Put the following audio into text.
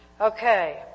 Okay